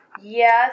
Yes